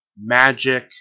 magic